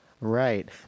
Right